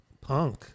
punk